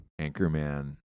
Anchorman